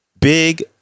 Big